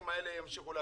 ייפגעו.